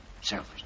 Selfish